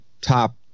top